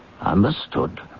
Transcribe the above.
Understood